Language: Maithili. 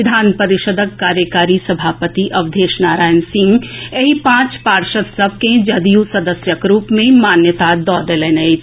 विधान परिषद्क कार्यकारी सभापति अवधेश नारायण सिंह एहि पांच पार्षद् सभ के जदयू सदस्यक रूप मे मान्यता दऽ देलनि अछि